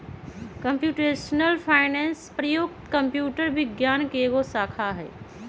computational finance प्रयुक्त computer विज्ञान के एगो शाखा हइ